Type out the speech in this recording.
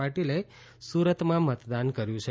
પાટિલે સુરત મતદાન કર્યું છે